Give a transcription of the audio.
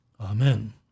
Amen